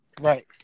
Right